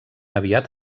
aviat